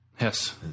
Yes